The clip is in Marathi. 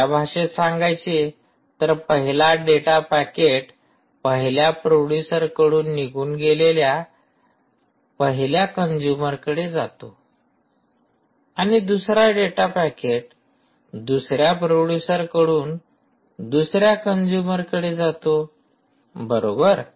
दुसऱ्या भाषेत सांगायचे तर पहिला डेटा पॅकेट पहिला प्रोड्युसरकडून निघून पहिल्या कंजूमरकडे जातो आणि दुसरा डेटा पॅकेट दुसऱ्या प्रोडूसरकडून दुसऱ्या कंजूमरकडे जातो बरोबर